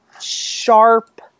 sharp